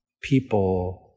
people